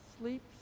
sleeps